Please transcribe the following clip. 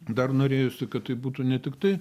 dar norėjosi kad tai būtų ne tiktai